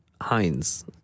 Heinz